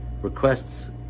requests